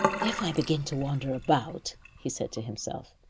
if i begin to wander about, he said to himself,